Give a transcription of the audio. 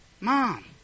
Mom